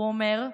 הוא אומר,